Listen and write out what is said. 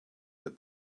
that